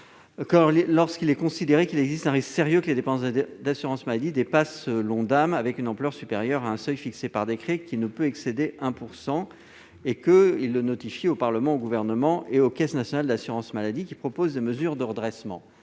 maladie « considère qu'il existe un risque sérieux que les dépenses d'assurance maladie dépassent l'Ondam avec une ampleur supérieure à un seuil fixé par décret qui ne peut excéder 1 %, il le notifie au Parlement, au Gouvernement et aux caisses nationales d'assurance maladie. Celles-ci proposent des mesures de redressement